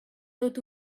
tot